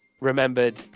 remembered